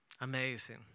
amazing